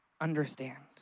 understand